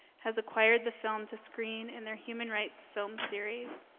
has acquired the film to screen in their human rights film series.